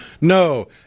No